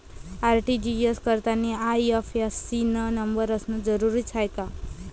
RTGS करतांनी IFSC न number असनं जरुरीच हाय का?